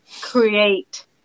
create